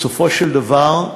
בסופו של דבר,